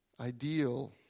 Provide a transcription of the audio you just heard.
ideal